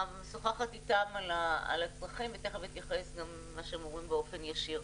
ומשוחחת איתם על הצרכים ותיכף אתייחס גם למה שהם אומרים באופן ישיר.